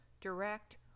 direct